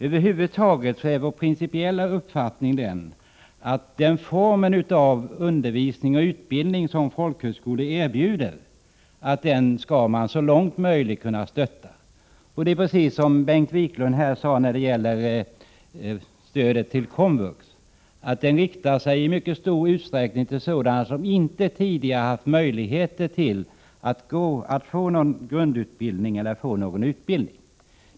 Över huvud taget är vår principiella uppfattning den att den form av undervisning och utbildning som folkhögskolor erbjuder bör stödjas så långt som möjligt. Samma princip som Bengt Wiklund uttalade beträffande komvux gäller här, nämligen att utbildningen i mycket stor utsträckning riktar sig till sådana som inte tidigare haft möjlighet att få någon grundläggande utbildning.